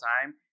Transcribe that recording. time